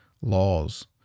laws